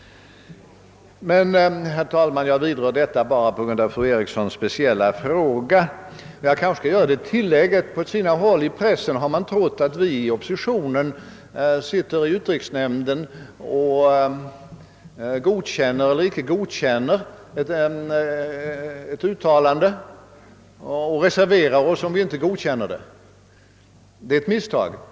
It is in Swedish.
Herr talman! Jag vidrör detta bara på grund av fru Erikssons speciella fråga. Men jag kanske skall göra det tillägget, att man på sina håll i pressen har trott att vi i oppositionen sitter i utrikesnämnden och godkänner eller icke godkänner ett uttalande och att vi reserverar oss, om vi inte godkänner det. Detta är ett misstag.